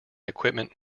equipment